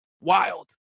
Wild